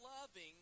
loving